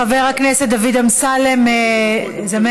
חבר הכנסת דוד אמסלם יסכם.